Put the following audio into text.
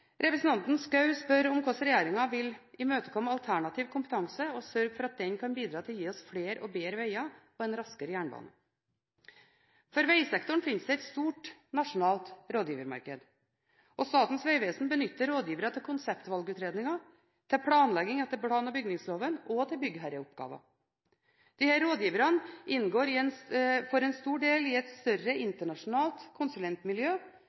Representanten Schou spør hvordan regjeringen vil imøtekomme alternativ kompetanse, og sørge for at den kan bidra til å gi oss flere og bedre veger og en raskere jernbane. For vegsektoren finnes det et stort nasjonalt rådgivermarked, og Statens vegvesen benytter rådgivere til konseptvalgutredninger, til planlegging etter plan- og bygningsloven og til byggherreoppgaver. Disse rådgiverne inngår for en stor del i et større internasjonalt konsulentmiljø